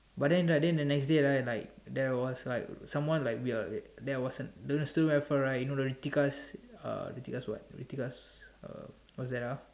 but then right then the next day right like there was like someone like we're there was a right you know the Ritikas uh Ritikas what Ritikas uh what's that ah